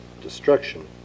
destruction